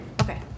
Okay